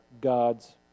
God's